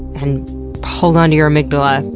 and hold onto your amygdala,